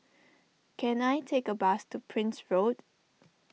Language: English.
can I take a bus to Prince Road